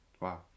Wow